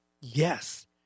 Yes